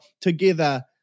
together